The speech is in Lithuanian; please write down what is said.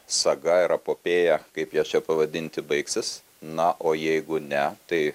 saga ir epopėja kaip ją čia pavadinti baigsis na o jeigu ne tai